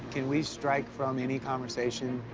can we strike from any conversation,